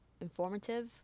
informative